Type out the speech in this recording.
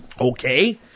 Okay